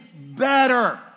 better